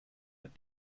that